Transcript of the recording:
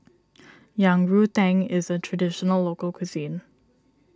Yang Rou Tang is a Traditional Local Cuisine